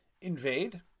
invade